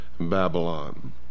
Babylon